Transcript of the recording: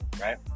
right